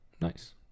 Nice